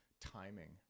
timing